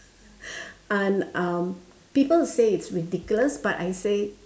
and um people say it's ridiculous but I say